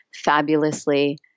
fabulously